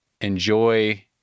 enjoy